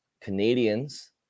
canadians